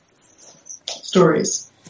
stories